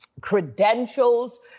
credentials